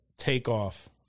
Takeoff